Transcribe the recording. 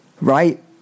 Right